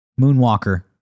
Moonwalker